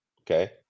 okay